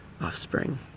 offspring